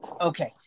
Okay